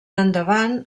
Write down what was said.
endavant